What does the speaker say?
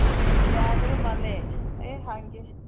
ꯌꯥꯒꯗꯕ ꯃꯥꯜꯂꯦ ꯑꯩ ꯍꯪꯒꯦ